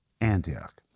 Antioch